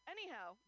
Anyhow